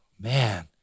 man